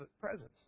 presence